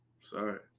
Sorry